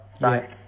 right